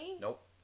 Nope